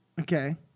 okay